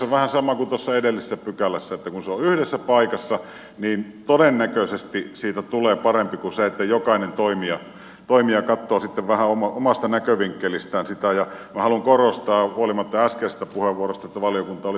vähän sama kuin tuossa edellisessä pykälässä että kun se on yhdessä paikassa niin todennäköisesti siitä tulee parempi kuin se että jokainen toimija katsoo sitten vähän omasta näkövinkkelistään sitä on vuorostaan huolimatta asiasta puheenvuorosta valittava